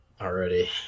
already